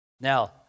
Now